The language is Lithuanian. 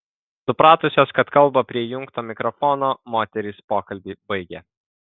supratusios kad kalba prie įjungto mikrofono moterys pokalbį baigė